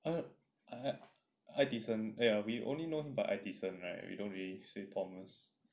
爱迪生 ya we only know by 爱迪生 right we don't really say thomas